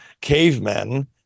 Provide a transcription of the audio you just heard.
cavemen